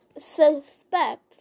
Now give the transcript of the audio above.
suspect